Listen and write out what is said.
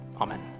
Amen